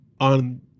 on